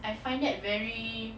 I find that very